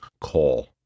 call